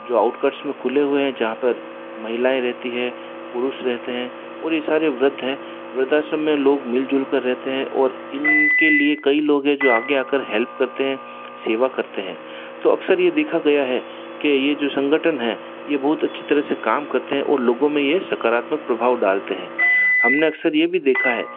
जो आउटकार्स में खुले हुए हैं जहाँ पर महिलाएँ रहती हैं पुरुष रहते हैं और ये सारे वृद्ध हैं वृद्धाश्रम में लोग मिल जुल कर रहते हैं और इनके लिए कई लोग हैं जो आगे आ कर हेल्प करते हैं सेवा करते हैं तो अक्सर ये देखा गया है कि ये जो संगठन है ये बहुत अच्छी तरह से काम करते हैं और लोगों में यह सकारात्मक प्रभाव डालते हैं हम ने अक्सर ये भी देखा है